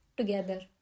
Together